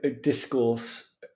discourse